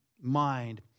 mind